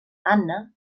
anna